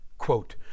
quote